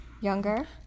Younger